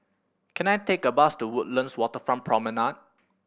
can I take a bus to Woodlands Waterfront Promenade